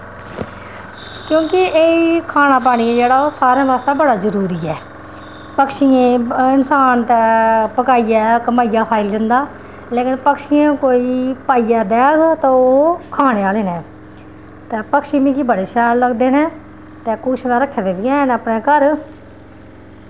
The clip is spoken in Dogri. क्योंकि एह् खाना पानी जेह्ड़ा ओह् सारें बास्तै जरूरी ऐ पक्षियें इंसान दा पकाइयै कमाइयै खाई लैंदा लेकिन पक्षियें गी कोई पाइयै देग ते ओह् खाने आह्ले न ते पक्षी मिगी बड़े शैल लगदे न ते कुछ ते रक्खे दे बी हैन अपने घर